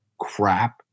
crap